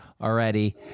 already